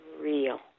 real